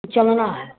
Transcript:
चलना है